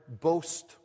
boast